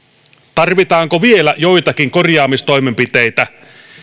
tarvitaanko vielä joitakin korjaamistoimenpiteitä